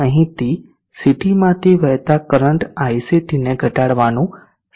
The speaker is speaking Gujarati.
અહીંથી CT માંથી વહેતા કરંટ ict ને ઘટાડવાનું સરળ છે